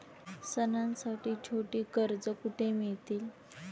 सणांसाठी छोटी कर्जे कुठे मिळतील?